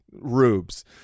rubes